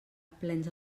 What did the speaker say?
plens